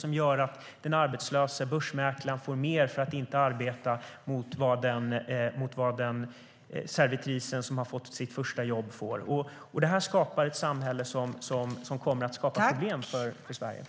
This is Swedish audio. Detta gör att den arbetslösa börsmäklaren får mer för att inte arbeta än vad den servitris som fått sitt första jobb får. Det här kommer att skapa problem för det svenska samhället.